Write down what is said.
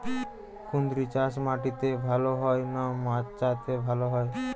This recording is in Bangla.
কুঁদরি চাষ মাটিতে ভালো হয় না মাচাতে ভালো হয়?